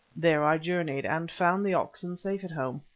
there i journeyed, and found the oxen safe at home.